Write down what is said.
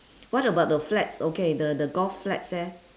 what about the flags okay the the golf flags eh